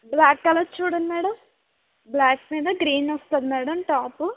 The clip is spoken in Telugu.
బ్లాక్ కలర్ చూడండి మేడం బ్లాక్ మీద గ్రీన్ వస్తుంది మేడం టాపు